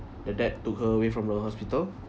her dad took her away from the hospital